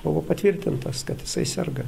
buvo patvirtintas kad jisai serga